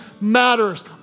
matters